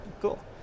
Cool